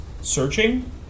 searching